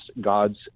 God's